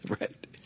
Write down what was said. Right